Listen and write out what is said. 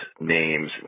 names